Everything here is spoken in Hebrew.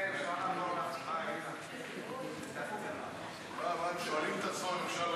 אפשר לעבור להצבעה, הם שואלים את עצמם אם אפשר,